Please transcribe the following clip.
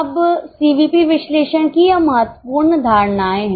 अब सीवीपी विश्लेषण की यह महत्वपूर्ण धारणाएँ हैं